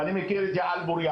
ואני מכיר את זה על בוריים.